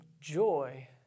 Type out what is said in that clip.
joy